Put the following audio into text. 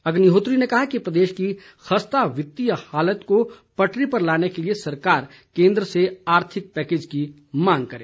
अग्निहोत्री ने कहा कि प्रदेश की खस्ता वित्तीय हालात को पटरी पर लाने के लिए सरकार केन्द्र से आर्थिक पैकेज की मांग करे